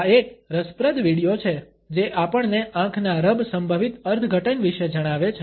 આ એક રસપ્રદ વિડિઓ છે જે આપણને આંખના રબ સંભવિત અર્થઘટન વિશે જણાવે છે